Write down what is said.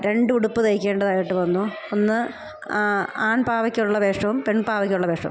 രണ്ടുടുപ്പ് തയ്ക്കേണ്ടതായിട്ട് വന്നു ഒന്ന് ആൺ പാവയ്ക്കുള്ള വേഷവും പെൺ പാവയ്ക്കുള്ള വേഷവും